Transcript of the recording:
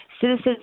Citizens